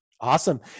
Awesome